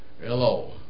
Hello